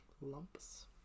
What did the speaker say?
lumps